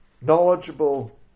knowledgeable